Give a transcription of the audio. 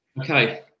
Okay